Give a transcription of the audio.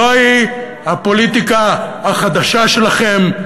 זוהי הפוליטיקה החדשה שלכם.